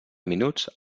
minuts